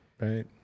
right